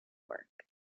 work